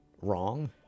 wrong